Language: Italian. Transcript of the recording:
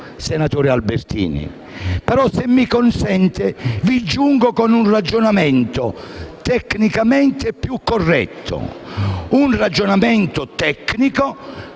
senatore Albertini. Tuttavia, se mi consente, vi giungo con un ragionamento tecnicamente più corretto; un ragionamento tecnico